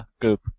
group